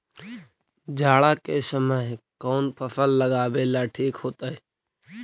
जाड़ा के समय कौन फसल लगावेला ठिक होतइ?